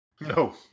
No